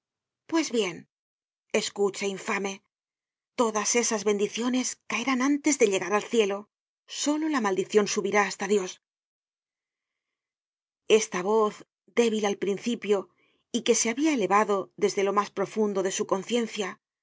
pues bien escucha infame todas esas bendiciones caerán antes de llegar al cielo solo la maldicion subirá hasta dios content from google book search generated at esta voz débil al principio y que se habia elevado desde lo mas profundo de su conciencia